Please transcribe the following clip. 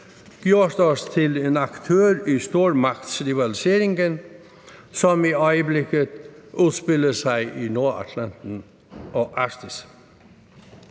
gjort os til en aktør i den stormagtsrivalisering, som i øjeblikket udspiller sig i Nordatlanten og Arktis.